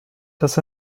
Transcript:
dass